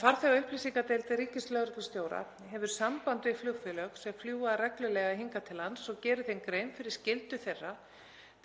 Farþegaupplýsingadeild ríkislögreglustjóra hefur samband við flugfélög sem fljúga reglulega hingað til lands og gerir þeim grein fyrir skyldu þeirra